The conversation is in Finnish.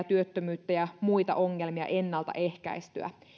työttömyyttä ja muita ongelmia ennalta ehkäistyä